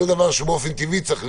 זה דבר שבאופן טבעי צריך להיות,